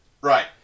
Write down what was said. Right